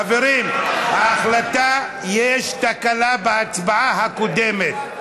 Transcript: חברים, ההחלטה: יש תקלה בהצבעה הקודמת,